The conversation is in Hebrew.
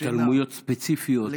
השתלמויות ספציפיות.